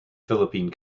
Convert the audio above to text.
philippine